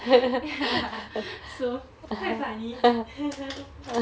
ya so quite funny